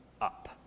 up